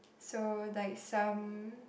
so like some